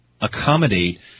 accommodate